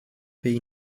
bei